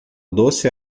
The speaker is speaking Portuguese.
doce